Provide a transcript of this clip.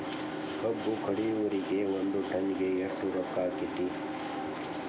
ಕಬ್ಬು ಕಡಿಯುವರಿಗೆ ಒಂದ್ ಟನ್ ಗೆ ಎಷ್ಟ್ ರೊಕ್ಕ ಆಕ್ಕೆತಿ?